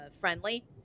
friendly